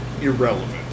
irrelevant